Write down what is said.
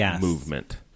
movement